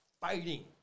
fighting